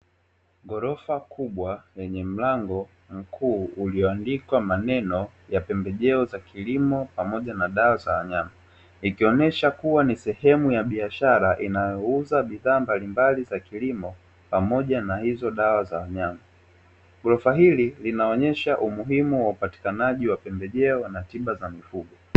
Ghorofa kubwa lenye mlango mkuu ulioandikwa maneno ya "pembejeo za kilimo pamoja na dawa za wanyama", ikionyesha kuwa ni sehemu ya biashara inayouza bidhaa mbalimbali za kilimo pamoja na hizo dawa za wanyama. Ghorofa hili linaonyesha umuhimu wa upatikanaji wa pembejeo na tiba za mifugo.